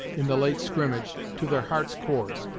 in the late skrimmage, to their hearts' cores,